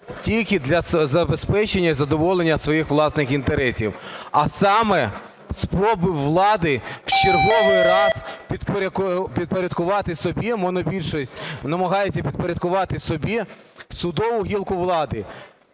тільки для забезпечення і задоволення своїх власних інтересів, а саме спроби влади в черговий раз підпорядкувати собі, монобільшість